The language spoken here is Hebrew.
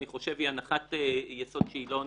אני חושב שהיא הנחת יסוד שהיא לא נכונה.